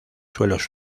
suelos